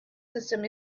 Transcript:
system